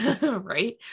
right